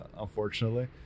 unfortunately